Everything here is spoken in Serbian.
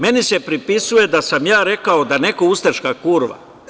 Meni se pripisuje da sam rekao da je neko ustaška kurva.